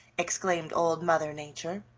exclaimed old mother nature.